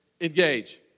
Engage